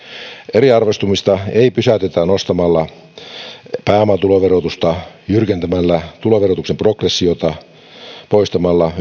eriarvoistumista ei pysäytetä nostamalla pääomatuloverotusta jyrkentämällä tuloverotuksen progressiota poistamalla